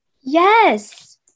Yes